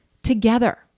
together